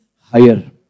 higher